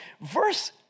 Verse